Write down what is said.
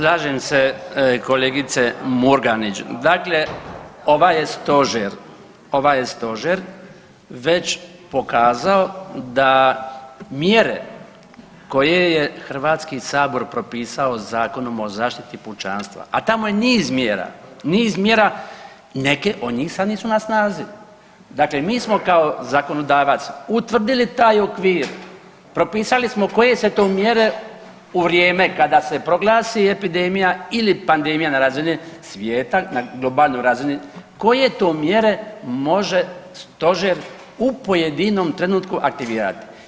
Slažem se kolegice Murganić, dakle ovaj Stožer, ovaj je Stožer već pokazao da mjere koje je HS propisao Zakonom o zaštiti pučanstva, a tamo je niz mjera, niz mjera neke od njih sad nisu na snazi, dakle mi smo kao zakonodavac utvrdili taj okvir, propisali smo koje se to mjere u vrijeme kada se proglasi epidemija ili pandemija na razini svijeta, na globalnoj razini, koje to mjere može Stožer u pojedinom trenutku aktivirati.